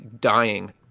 dying